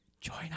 join